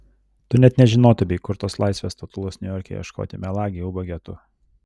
tu net nežinotumei kur tos laisvės statulos niujorke ieškoti melagi ubage tu